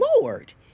Lord